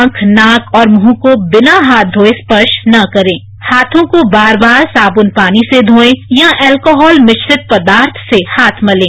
आंख नाक और मुंह को बिना हाथ घोये स्पर्श न करें हाथों को बार बार साबुन और पानी से धोएं या अल्कोहल मिश्रित पदार्थ से हाथ मतें